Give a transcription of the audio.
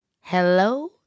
Hello